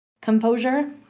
composure